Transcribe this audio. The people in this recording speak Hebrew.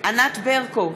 ענת ברקו,